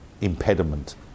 impediment